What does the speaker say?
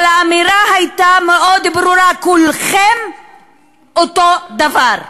אבל האמירה הייתה מאוד ברורה: כולכם אותו דבר.